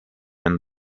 and